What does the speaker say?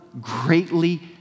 greatly